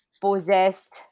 Possessed